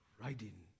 Riding